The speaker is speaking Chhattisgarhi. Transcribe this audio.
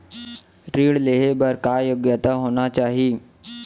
ऋण लेहे बर का योग्यता होना चाही?